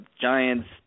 Giants